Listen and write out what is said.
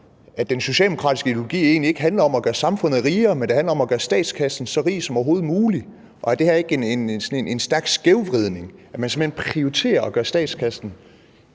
den socialdemokratiske ideologi egentlig ikke handler om at gøre samfundet rigere, men om at gøre statskassen så rig som overhovedet muligt? Og er det ikke udtryk for en stærk skævvridning, at man simpelt hen prioriterer at gøre statskassen